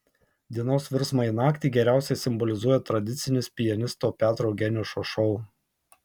dienos virsmą į naktį geriausiai simbolizuoja tradicinis pianisto petro geniušo šou